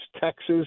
Texas